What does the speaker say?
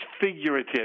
figurative